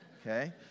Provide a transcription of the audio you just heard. okay